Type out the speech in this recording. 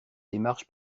démarche